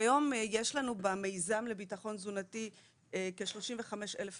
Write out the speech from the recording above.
כיום יש לנו במיזם לביטחון תזונתי כ-35,000 משפחות.